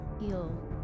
heal